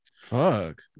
Fuck